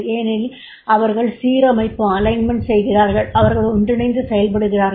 ஏனெனில் அவர்கள் சீரமைப்பு செய்கிறார்கள் அவர்கள் ஒன்றிணைந்து செயல்படுகிறார்கள்